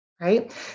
right